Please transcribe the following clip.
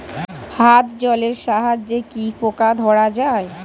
হাত জলের সাহায্যে কি পোকা ধরা যায়?